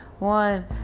One